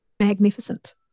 magnificent